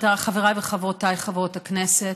חבריי וחברותיי חברות הכנסת,